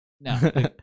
No